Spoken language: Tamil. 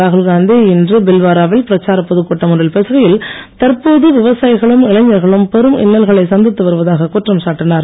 ராகுல்காந்தி இன்று பில்வாரா வில் பிரச்சாரப் பொதுக்கூட்டம் ஒன்றில் பேசுகையில் தற்போது விவசாயிகளும் இளைஞர்களும் பெரும் இன்னல்களை சந்தித்து வருவதாகக் குற்றம் சாட்டினார்